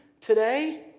today